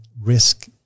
risk